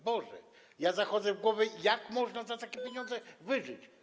Boże, ja zachodzę w głowę, jak można za takie pieniądze wyżyć.